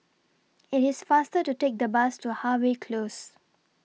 IT IS faster to Take The Bus to Harvey Close